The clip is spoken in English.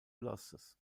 losses